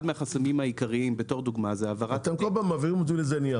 אחד מהחסמים העיקריים, בתור דוגמה, זה העברת התיק.